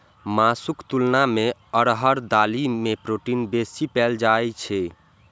मासुक तुलना मे अरहर दालि मे प्रोटीन बेसी पाएल जाइ छै